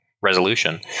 resolution